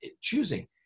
choosing